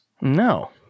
No